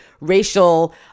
racial